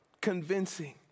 convincing